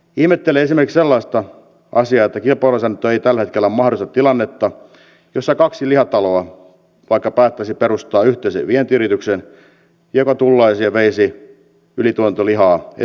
ihmettelen esimerkiksi sellaista asiaa että kilpailulainsäädäntö ei tällä hetkellä mahdollista tilannetta jossa kaksi lihataloa vaikka päättäisi perustaa yhteisen vientiyrityksen joka tullaisi ja veisi ylituotantolihaa esimerkiksi kiinaan